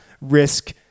risk